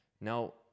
Now